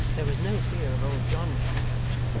there was no fear of old john coming out.